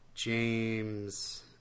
James